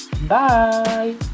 Bye